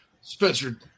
Spencer